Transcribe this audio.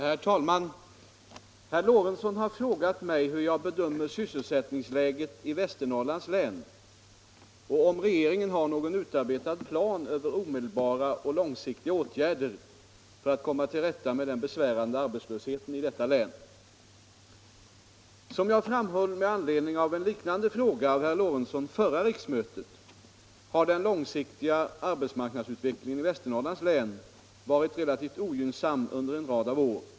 Herr talman! Herr Lorentzon har frågat mig hur jag bedömer sysselsättningsläget i Västernorrlands län och om regeringen har någon utarbetad plan över omedelbara och långsiktiga åtgärder för att komma till rätta med den besvärande arbetslösheten i detta län. Som jag framhöll med anledning av en liknande fråga av herr Lorentzon förra riksmötet har den långsiktiga arbetsmarknadsutvecklingen i Västernorrlands län varit relativt ogynnsam under en rad av år.